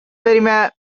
very